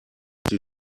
die